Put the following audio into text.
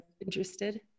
interested